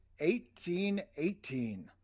1818